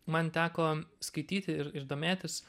man teko skaityti ir ir domėtis